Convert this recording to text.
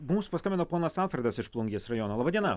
mums paskambino ponas alfredas iš plungės rajono laba diena